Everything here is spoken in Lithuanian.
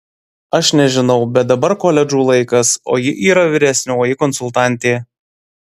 aš nežinau bet dabar koledžų laikas o ji yra vyresnioji konsultantė